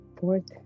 fourth